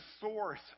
source